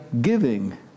giving